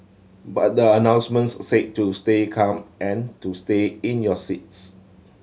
but the announcements say to stay calm and to stay in your seats